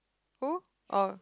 who oh